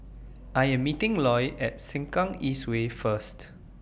I Am meeting Loy At Sengkang East Way First